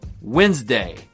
Wednesday